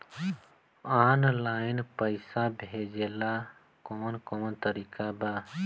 Online पइसा भेजेला कवन कवन तरीका बा?